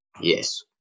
Yes